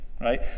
right